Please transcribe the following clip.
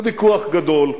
זה ויכוח גדול,